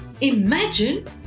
Imagine